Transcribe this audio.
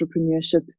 entrepreneurship